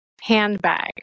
handbag